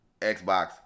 Xbox